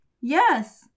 Yes